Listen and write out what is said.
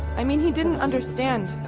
i mean he didn't understand, so ah